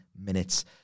minutes